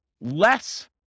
less